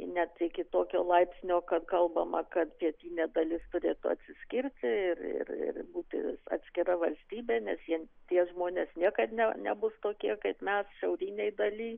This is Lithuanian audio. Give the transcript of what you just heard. net iki tokio laipsnio kad kalbama kad pietinė dalis turėtų atsiskirti ir ir ir būti atskira valstybė nes jie tie žmonės niekad ne nebus tokie kaip mes šiaurinėj daly